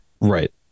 right